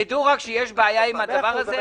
תדעו רק שיש בעיה עם הדבר הזה.